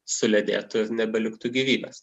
suledėtų ir nebeliktų gyvybės